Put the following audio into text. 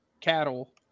cattle